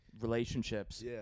relationships